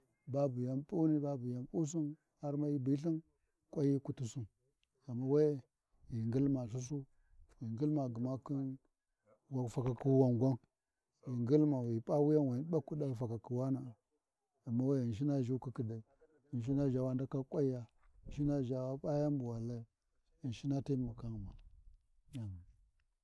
Babu yan puni, babu yan pusin, har mai hyi bilthin ƙwanyi kutusin, ghama we-e, ghi ngilma sussu, ghi ngilma gma khin wan-fakaku wangwan, ghi ngilamu ghi p’a wuya ni ɓakwi ɗi fakakhi wana’a, ghana we-e Ghindhina ʒhu ƙiƙƙidai, Ghinshina ʒha wa ndaka ƙwanya, Ghinshina ʒa wa P’a yani bu wa Layau, Ghinshina taimakghima, amin.